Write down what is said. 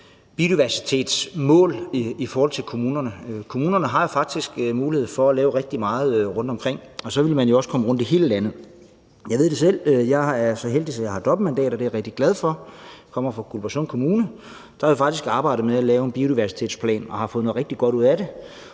biodiversitetsmål i forhold til kommunerne. Kommunerne har faktisk mulighed for at lave rigtig meget rundtomkring, og så ville man jo også komme rundt i hele landet. Jeg ved det selv. Jeg er så heldig, at jeg har dobbeltmandat, og det er jeg rigtig glad for. Jeg kommer fra Guldborgsund Kommune. Der har vi faktisk arbejdet med at lave en biodiversitetsplan og har fået noget rigtig godt ud af det